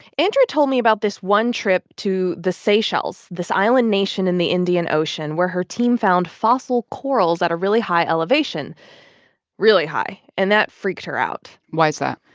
andrea told me about this one trip to the seychelles, this island nation in the indian ocean, where her team found fossil corals at a really high elevation really high and that freaked her out why is that?